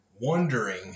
wondering